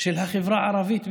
של החברה הערבית,